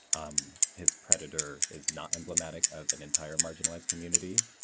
um his predator is not emblematic of an entire marginalized community.